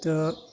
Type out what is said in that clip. تہٕ